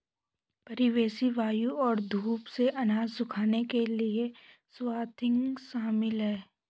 परिवेशी वायु और धूप से अनाज सुखाने के लिए स्वाथिंग शामिल है